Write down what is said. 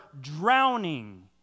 drowning